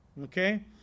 okay